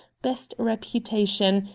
best reputation,